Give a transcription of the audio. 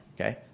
okay